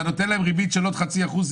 אתה נותן להם ריבית של עוד חצי אחוז,